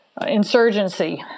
insurgency